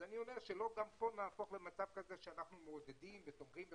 אז אני אומר שלא גם כאן נהפוך ממצב כזה שאנחנו מעודדים ותומכים וכולי,